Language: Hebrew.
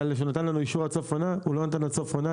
אמר שהוא נתן לנו אישור עד סוף העונה הוא לא נתן עד סוף העונה,